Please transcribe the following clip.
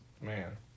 Man